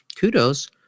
kudos